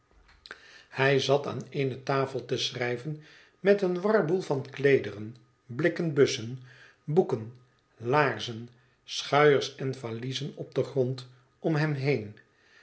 hij zat aan eene tafel te schrijven met een warboel van kleederen blikken bussen boeken laarzen schuiers en valiezen op den grond om hem heen